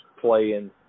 playing